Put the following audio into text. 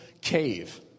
cave